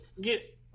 get